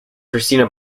christina